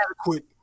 adequate